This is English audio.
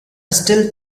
still